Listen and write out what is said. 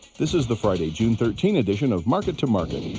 this is the friday, june thirteen edition of market to market,